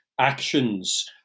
actions